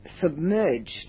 submerged